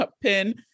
pin